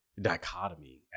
dichotomy